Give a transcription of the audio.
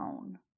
own